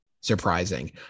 surprising